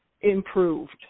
improved